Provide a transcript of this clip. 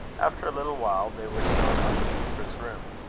after a little while, they were shown up to euphra's room.